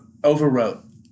overwrote